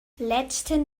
letzten